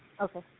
okay